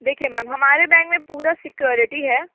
देखिए मैम हमारे बैंक में पूरा सिक्योरिटी है